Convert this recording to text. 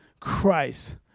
Christ